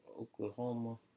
Oklahoma